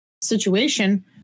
situation